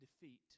defeat